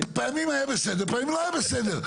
פעמים היה בסדר פעמים לא היה בסדר,